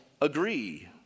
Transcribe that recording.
agree